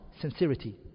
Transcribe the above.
Sincerity